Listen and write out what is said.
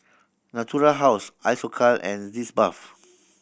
Natural House Isocal and Sitz Bath